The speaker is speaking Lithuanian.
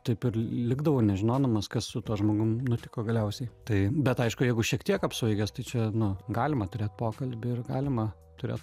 taip ir likdavau nežinodamas kas su tuo žmogum nutiko galiausiai tai bet aišku jeigu šiek tiek apsvaigęs tai čia nu galima turėt pokalbį ir galima turėt